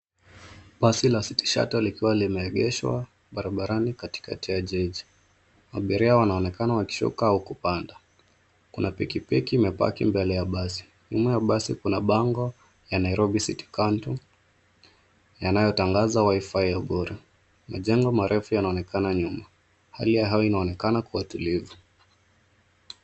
Basi la City Shuttle likiwa limeegeshwa barabarani katikati ya jiji. Abiria wanaonekana wakishuka au kupanda. Kuna pikipiki imepaki mbele ya basi. Nyuma ya basi kuna bango ya Nairobi city county , inayotangaza WiFi ya bure. Majengo marefu yanaonekana nyuma. Hali ya hewa inaonekana kuwa tulivu.